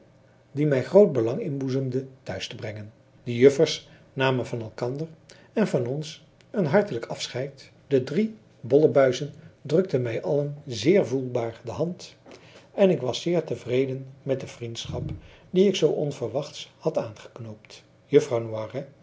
die mij groot belang inboezemde thuis te brengen de juffers namen van elkander en van ons een hartelijk afscheid de drie bollebuizen drukten mij allen zeer voelbaar de hand en ik was zeer tevreden met de vriendschap die ik zoo onverwachts had aangeknoopt juffrouw